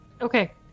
okay